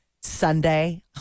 Sunday